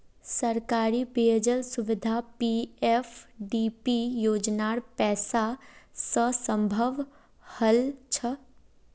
सरकारी पेय जल सुविधा पीएफडीपी योजनार पैसा स संभव हल छ